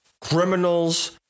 criminals